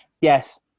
Yes